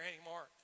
anymore